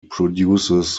produces